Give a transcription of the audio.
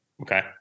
Okay